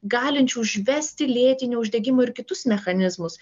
galinčių užvesti lėtinio uždegimo ir kitus mechanizmus